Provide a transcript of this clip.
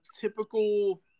typical